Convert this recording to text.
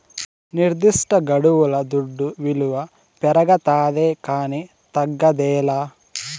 నిర్దిష్టగడువుల దుడ్డు విలువ పెరగతాదే కానీ తగ్గదేలా